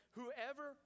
whoever